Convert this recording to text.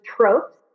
tropes